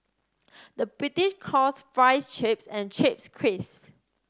the British calls fries chips and chips crisp